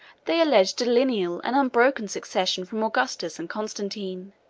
they alleged a lineal and unbroken succession from augustus and constantine